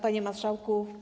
Panie Marszałku!